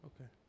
okay